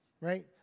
right